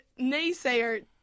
naysayer